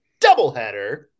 doubleheader